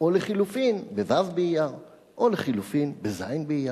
או לחלופין בו' באייר, או לחלופין בז' באייר?